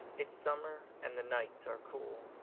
it's summer and the nights are cool.